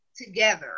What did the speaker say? together